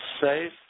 safe